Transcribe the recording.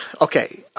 okay